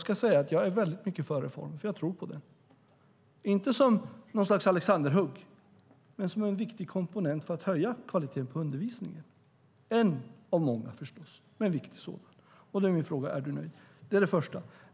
Jag är väldigt mycket för reformen, för jag tror på den men inte som ett slags alexanderhugg utan som en viktig komponent för att höja kvaliteten på undervisningen - en komponent av många förstås, men en viktig sådan. Är du alltså nöjd? Det är det första.